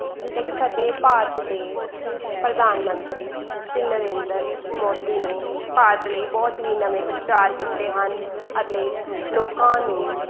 ਜਿੱਦਾ ਕਿ ਸਾਡੇ ਭਾਰਤ ਦੇ ਪ੍ਰਧਾਨ ਮੰਤਰੀ ਸ੍ਰੀ ਨਰਿੰਦਰ ਮੋਦੀ ਨੇ ਭਾਰਤ ਲਈ ਬਹੁਤ ਹੀ ਨਵੇਂ ਉਪਚਾਰ ਕੀਤੇ ਹਨ ਅਤੇ ਲੋਕਾਂ ਨੂੰ